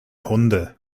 hunde